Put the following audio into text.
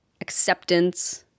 acceptance